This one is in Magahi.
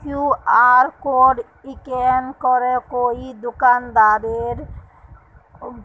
कियु.आर कोड स्कैन करे कोई दुकानदारोक